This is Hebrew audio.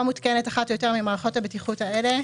מותקנת אחת או יותר ממערכות הבטיחות האלה: